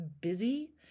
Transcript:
busy